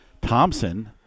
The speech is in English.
Thompson